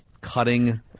cutting